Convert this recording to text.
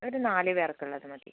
ഒരു നാല് പേർക്കുള്ളത് മതി